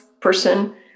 person